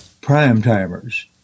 prime-timers